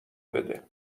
بده